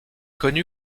connu